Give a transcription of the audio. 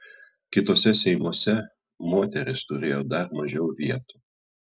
kituose seimuose moterys turėjo dar mažiau vietų